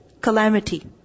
calamity